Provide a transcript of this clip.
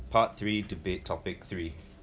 part three debate topic three